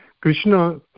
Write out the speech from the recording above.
Krishna